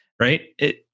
Right